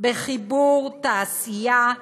בחיבור תעשייה,